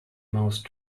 most